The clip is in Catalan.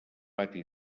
pati